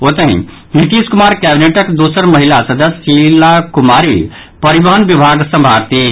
ओतहि नीतीश कुमार कैबिनेटक दोसर महिला सदस्य शीला कुमारी परिवहन विभाग सम्भारतीह